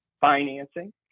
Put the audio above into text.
financing